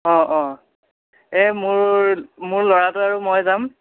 অঁ অঁ এই মোৰ মোৰ ল'ৰাটো আৰু মই যাম